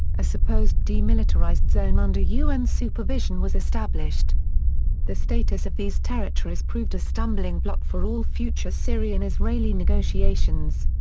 a supposed demilitarized zone under un supervision was established the status of these territories proved a stumbling-block for all future syrian-israeli negotiations.